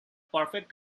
perfect